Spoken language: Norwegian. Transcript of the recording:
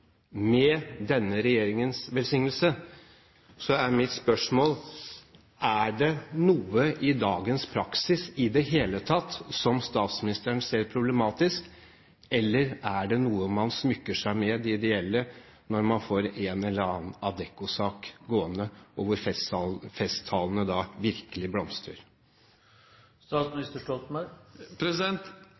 med denne regjeringens velsignelse, så er mitt spørsmål: Er det noe i dagens praksis i det hele tatt som statsministeren ser som problematisk, eller er de ideelle noe man smykker seg med når man får en eller annen Adecco-sak gående, og festtalene virkelig blomstrer?